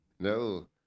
No